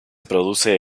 produce